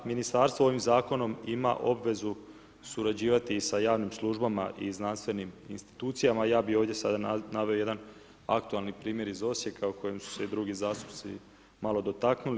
ministarstvo ovim zakonom ima obvezu surađivati sa javnim službama i znanstvenim institucijama, ja bi sada ovdje naveo jedan aktualni primjer iz Osijeka, u kojem su se i drugi zastupnici malo dotaknuli.